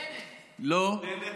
בנט הנוכל.